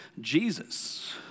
Jesus